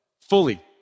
fully